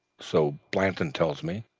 so blanston tells me.